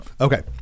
Okay